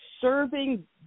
serving